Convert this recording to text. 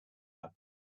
are